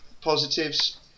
positives